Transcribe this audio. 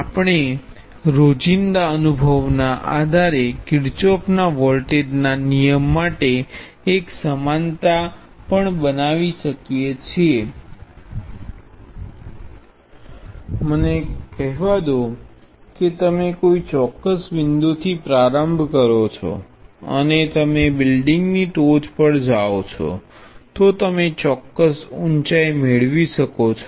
આપણે રોજિંદા અનુભવના આધારે કિરચોફના વોલ્ટેજ ના નિયમ માટે એક સમાનતા પણ બનાવી શકીએ છીએ મને કહેવા દો કે તમે કોઈ ચોક્કસ બિંદુથી પ્રારંભ કરો છો અને તમે બિલ્ડિંગની ટોચ પર જાઓ છો તો તમે ચોક્કસ ઉંચાઇ મેળવી શકો છો